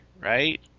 right